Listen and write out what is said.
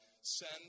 Send